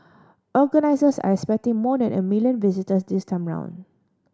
organisers are expecting more than a million visitors this time round